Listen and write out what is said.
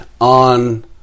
on